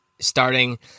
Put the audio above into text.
starting